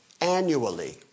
annually